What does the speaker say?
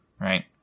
right